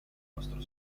nostro